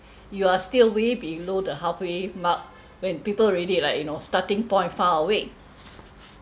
you are still way below the halfway mark when people already like you know starting point far away